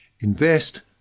Invest